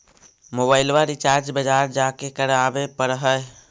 मोबाइलवा रिचार्ज बजार जा के करावे पर है?